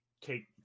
take